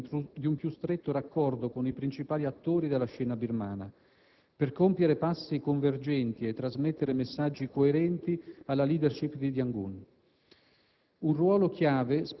prioritario la ricerca di un più stretto raccordo con i principali attori della scena birmana per compiere passi convergenti e trasmettere messaggi coerenti alla *leadership* di Yangon.